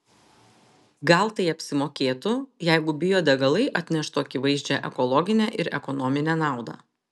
gal tai apsimokėtų jeigu biodegalai atneštų akivaizdžią ekologinę ir ekonominę naudą